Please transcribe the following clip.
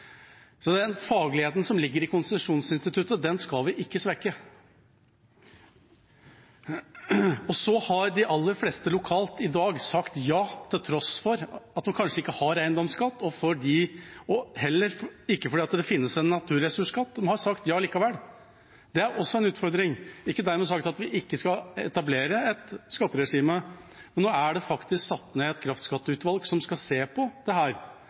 Så den fagligheten som ligger i konsesjonsinstituttet, skal vi ikke svekke. Lokalt har de aller fleste sagt ja i dag, til tross for at man kanskje ikke har eiendomsskatt, og det finnes heller ikke en naturressursskatt, men de har sagt ja likevel. Det er også en utfordring. Det er ikke dermed sagt at vi ikke skal etablere et skatteregime, men nå er det faktisk satt ned et kraftskatteutvalg som skal se på dette. Det